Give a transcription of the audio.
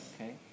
Okay